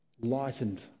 lightened